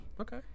Okay